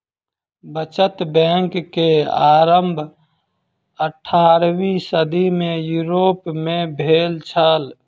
बचत बैंक के आरम्भ अट्ठारवीं सदी में यूरोप में भेल छल